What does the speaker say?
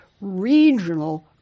regional